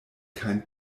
kein